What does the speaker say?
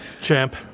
Champ